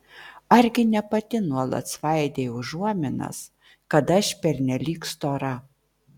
argi ne pati nuolat svaidei užuominas kad aš pernelyg stora